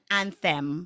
anthem